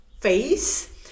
face